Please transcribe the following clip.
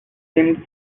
seemed